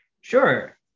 Sure